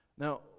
Now